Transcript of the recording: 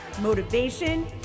motivation